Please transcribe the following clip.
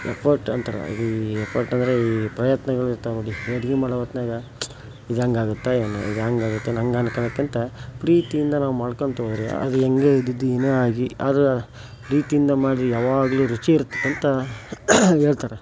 effort ಅಂತಾರೆ ಈ effort ಅಂದರೆ ಈ ಪ್ರಯತ್ನಗಳಿರ್ತಾವೆ ನೋಡಿ ಈ ಅಡುಗೆ ಮಾಡೊ ಹೊತ್ನಾಗ ಇದು ಹೇಗಾಗುತ್ತೋ ಏನೋ ಇದು ಹೇಗಾಗುತ್ತೆ ಹಾಗ್ ಅನ್ಕೊಳೋದ್ಕಿಂತ ಪ್ರೀತಿಯಿಂದ ನಾವ್ ಮಾಡ್ಕೊತಾ ಹೋದ್ರೆ ಅದು ಹೇಗೆ ಇದ್ದಿದ್ದು ಏನೋ ಆಗಿ ಅದು ಪ್ರೀತಿಯಿಂದ ಮಾಡಿ ಯಾವಾಗ್ಲೂ ರುಚಿ ಇರ್ತದಂತ ಹೇಳ್ತಾರೆ